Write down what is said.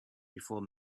before